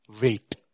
wait